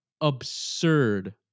absurd